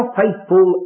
faithful